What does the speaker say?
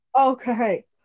Okay